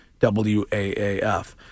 WAAF